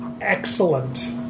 excellent